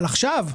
אבל עכשיו,